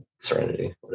Serenity